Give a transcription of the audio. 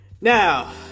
Now